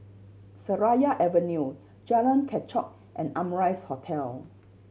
Seraya Avenue Jalan Kechot and Amrise Hotel